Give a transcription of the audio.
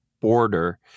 border